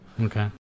Okay